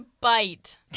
bite